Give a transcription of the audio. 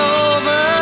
over